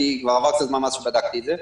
כי כבר עבר זמן מאז שבדקתי את זה.